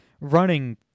running